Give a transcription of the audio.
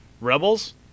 Rebels